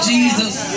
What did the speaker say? Jesus